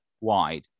wide